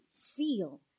feel